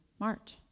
March